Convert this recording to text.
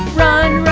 run!